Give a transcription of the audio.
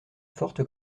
forte